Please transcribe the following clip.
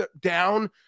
down